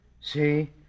See